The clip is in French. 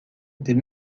des